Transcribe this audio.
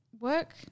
work